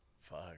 Fuck